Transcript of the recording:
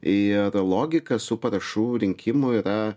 ir logika su parašų rinkimu yra